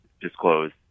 disclose